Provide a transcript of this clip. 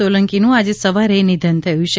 સોલંકીનું આજે સવારે નિધન થયું છે